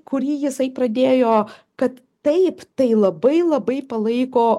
kurį jisai pradėjo kad taip tai labai labai palaiko